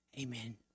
Amen